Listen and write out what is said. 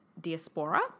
diaspora